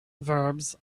verbs